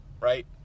right